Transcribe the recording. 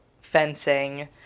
fencing